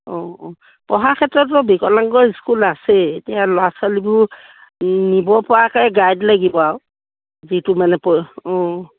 অঁ অঁ পঢ়া ক্ষেত্ৰতো বিকলাংগ স্কুল আছেই এতিয়া ল'ৰা ছোৱালীবোৰ নিব পৰাকে গাইড লাগিব আৰু যিটো মানে অঁ